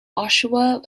oshawa